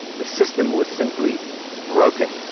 the system was simply broken.